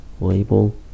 label